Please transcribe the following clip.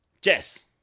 Jess